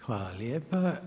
Hvala lijepa.